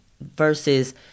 versus